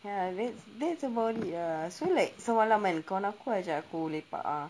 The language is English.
ya that's that's about it ah so like semalam kan kawan aku ajak aku lepak ah